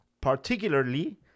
particularly